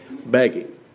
begging